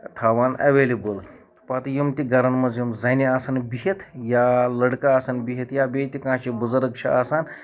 تھاوان ایویلیبٔل پَتہٕ یِم تہِ گرن منٛز یِم زَنہِ آسن بِہَتھ یا لڑکہٕ آسَن بِہَتھ یا بیٚیہِ تہِ کانہہ چھُ بُزَرٕگ چھُ آسان